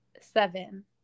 seven